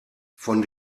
von